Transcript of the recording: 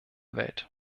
welt